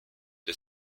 the